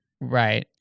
Right